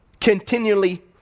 Continually